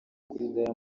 kuri